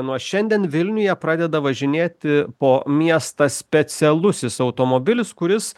nuo šiandien vilniuje pradeda važinėti po miestą specialusis automobilis kuris